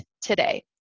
today